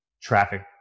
traffic